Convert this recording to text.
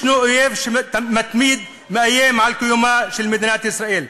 אויב שמתמיד ומאיים על קיומה של מדינת ישראל.